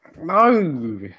No